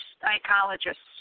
psychologists